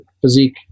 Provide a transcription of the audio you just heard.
physique